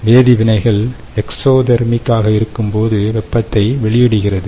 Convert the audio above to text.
வேதிவினைகள் exothermic ஆக இருக்கும்போது வெப்பத்தை வெளியிடுகிறது